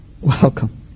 Welcome